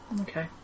Okay